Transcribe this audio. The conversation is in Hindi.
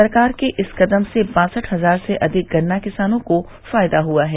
सरकार के इस कदम से बासठ हजार से अधिक गन्ना किसानों को फायदा हुआ है